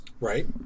Right